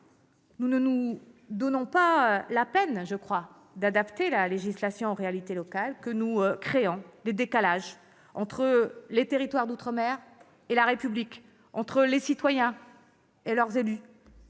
nous ne nous donnons pas la peine d'adapter la législation aux réalités locales que nous créons des décalages entre les territoires d'outre-mer et la République, entre les citoyens et leurs élus.